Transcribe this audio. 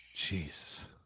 Jesus